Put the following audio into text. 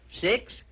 Six